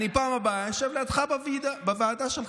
בפעם הבאה אני אשב לידך בוועדה שלך.